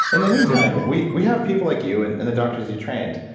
and the meantime, we we have people like you, and and the doctors you trained.